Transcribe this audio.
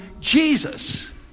Jesus